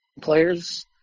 players